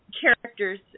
character's